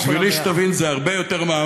לא כולם ביחד.